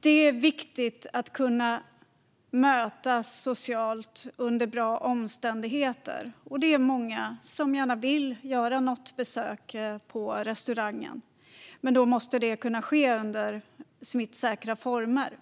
Det är viktigt att kunna mötas socialt under bra omständigheter, och det är många som gärna vill göra något besök på restaurang. Men det måste kunna ske under smittsäkra former.